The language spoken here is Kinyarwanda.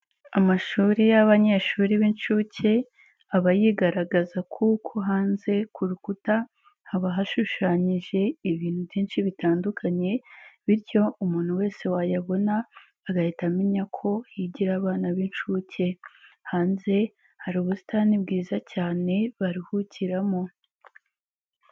Amashuri y'abanyeshuri b'incuke, aba yigaragaza kuko hanze ku rukuta haba hashushanyije ibintu byinshi bitandukanye bityo umuntu wese wayabona agahita amenya ko higira abana b'incuke, hanze hari ubusitani bwiza cyane baruhukiramo.